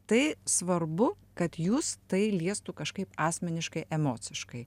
tai svarbu kad jus tai liestų kažkaip asmeniškai emociškai